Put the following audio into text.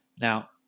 Now